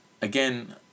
again